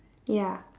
ya